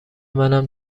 منم